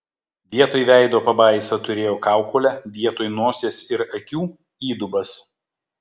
vietoj veido pabaisa turėjo kaukolę vietoj nosies ir akių įdubas